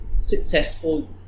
successful